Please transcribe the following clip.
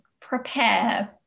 prepare